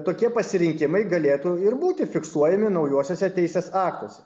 tokie pasirinkimai galėtų ir būti fiksuojami naujuosiuose teisės aktuose